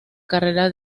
carrera